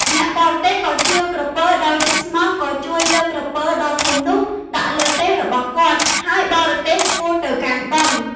អ្នកបរទេះក៏ជឿក្រពើដោយចិត្តស្មោះក៏ជួយលើកក្រពើដ៏ធំនោះដាក់លើទេះរបស់គាត់ ហើយបរទេះឆ្ពោះទៅកាន់បឹង។